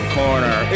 corner